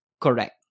correct